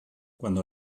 cuando